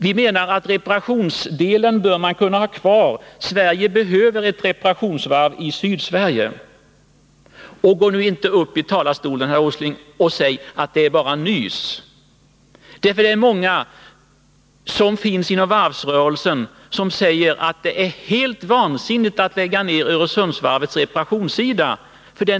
Vi behöver ha kvar ett reparationsvarv i Sydsverige. Gå inte upp i talarstolen, herr Åsling, och säg att det är bara nys! Det finns många inom varvsnäringen som säger att det är helt vansinnigt att lägga ned Öresundsvarvets reparationssida.